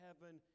heaven